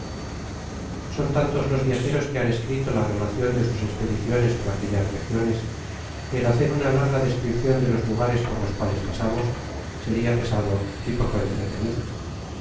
son tantos los viajeros que han escrito la relacion do sus espediciones por aquellas regiones que el hacer una larga descripcion de los lugares por los cuales pasamos soria pesado y poco entretenido